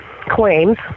claims